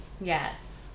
yes